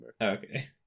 Okay